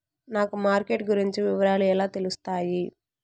నాకు మార్కెట్ గురించి వివరాలు ఎలా తెలుస్తాయి?